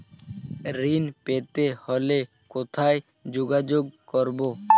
ঋণ পেতে হলে কোথায় যোগাযোগ করব?